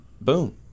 Boom